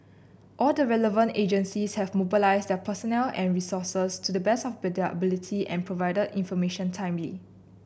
all the relevant agencies have mobilised their personnel and resources to the best of their ability and provided information timely